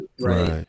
right